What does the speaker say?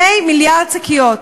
2 מיליארד שקיות